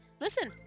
listen